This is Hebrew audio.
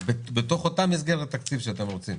בתוך אותה מסגרת תקציב שאתם רוצים,